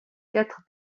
quatre